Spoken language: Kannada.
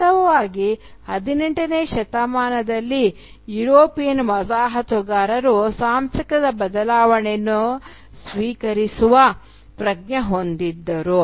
ವಾಸ್ತವವಾಗಿ 18ನೇ ಶತಮಾನದಲ್ಲಿ ಯುರೋಪಿಯನ್ ವಸಾಹತುಗಾರರು ಸಾಂಸ್ಕೃತಿಕ ಬದಲಾವಣೆಯನ್ನು ಸ್ವೀಕರಿಸುವ ಪ್ರಜ್ಞೆ ಹೊಂದಿದ್ದರು